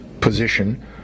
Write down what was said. position